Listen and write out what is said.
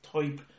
type